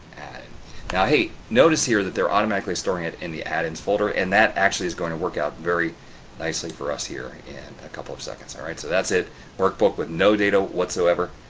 now hey, notice here that they're automatically storing it in the add-ins folder and that actually is going to work out very nicely for us here in a couple of seconds. all right so, that's it workbook with no data. whatsoever,